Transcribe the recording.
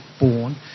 born